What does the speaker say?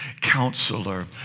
Counselor